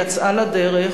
יצאה לדרך,